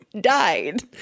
died